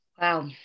Wow